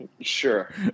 Sure